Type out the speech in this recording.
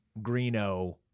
Greeno